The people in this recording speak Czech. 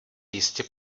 jistě